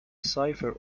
cipher